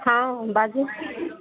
हँ बाजु